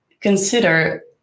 consider